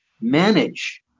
manage